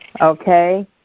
Okay